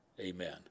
Amen